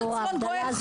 ובא לציון גואל.